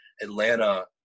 Atlanta